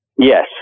Yes